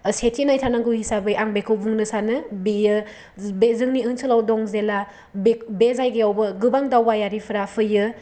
सेथि नायथारनांगौ हिसाबै आं बेखौ बुंनो सानो बियो बे जोंनि आनसोलाव दं जेला बि जायगायावबो गोबां दावबायारिफ्रा फैयो